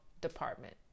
department